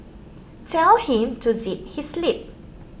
tell him to zip his lip